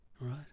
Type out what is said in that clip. right